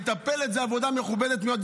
מטפלת זה עבודה מכובדת מאוד.